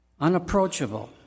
unapproachable